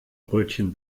brötchen